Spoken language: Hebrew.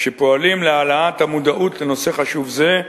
שפועלים להעלאת המודעות לנושא חשוב זה,